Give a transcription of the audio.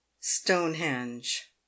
Stonehenge